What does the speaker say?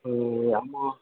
ம் ஏம்மா